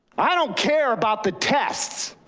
i don't care about the tests.